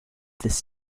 this